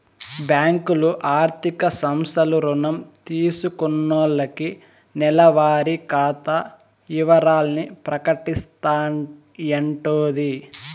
బ్యాంకులు, ఆర్థిక సంస్థలు రుణం తీసుకున్నాల్లకి నెలవారి ఖాతా ఇవరాల్ని ప్రకటిస్తాయంటోది